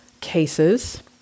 cases